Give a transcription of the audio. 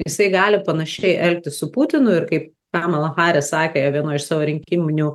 jisai gali panašiai elgtis su putinu ir kaip kamala haris sakė vienoj iš savo rinkiminių